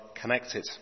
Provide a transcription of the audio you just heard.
connected